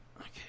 Okay